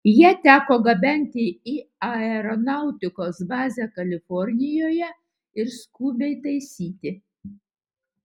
ją teko gabenti į aeronautikos bazę kalifornijoje ir skubiai taisyti